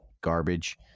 garbage